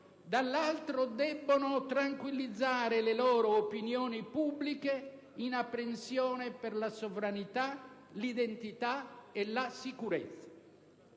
dall'altro debbono tranquillizzare le loro opinioni pubbliche in apprensione per la sovranità, l'identità e la sicurezza.